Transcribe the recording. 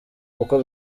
uko